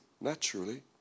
naturally